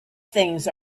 things